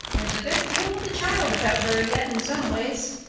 there's a good deal of the child about her yet in some ways.